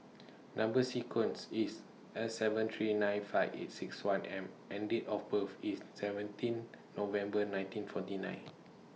Number sequence IS S seven three nine five eight six one M and Date of birth IS seventeen November nineteen forty nine